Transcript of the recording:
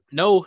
no